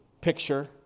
picture